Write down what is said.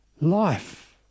life